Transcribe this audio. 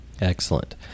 Excellent